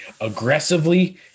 aggressively